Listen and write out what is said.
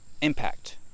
Impact